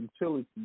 utility